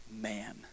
man